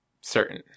certain